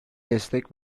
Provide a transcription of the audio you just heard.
destek